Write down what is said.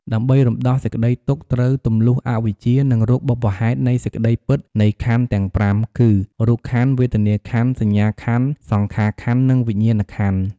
ដើម្បីរំដោះសេចក្តីទុក្ខ ត្រូវទំលុះអវិជ្ជា និងរកបុព្វហេតុនៃសេចក្តីពិតនៃខន្ធទាំង ៥ គឺ រូបខន្ធ វេទនាខន្ធ សញ្ញាខន្ធ សង្ខារខន្ធ និងវិញ្ញាណខន្ធ។